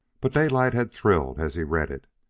but daylight had thrilled as he read it.